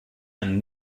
ein